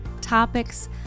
topics